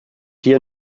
hier